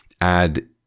add